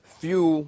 fuel